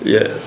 Yes